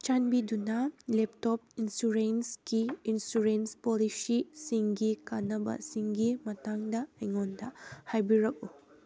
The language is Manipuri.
ꯆꯥꯟꯕꯤꯗꯨꯅ ꯂꯦꯞꯇꯣꯞ ꯏꯟꯁꯨꯔꯦꯟꯁꯀꯤ ꯏꯟꯁꯨꯔꯦꯟꯁ ꯄꯣꯂꯤꯁꯤꯁꯤꯡꯒꯤ ꯀꯥꯟꯅꯕꯁꯤꯡꯒꯤ ꯃꯇꯥꯡꯗ ꯑꯩꯉꯣꯟꯗ ꯍꯥꯏꯕꯤꯔꯛꯎ